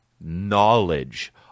knowledge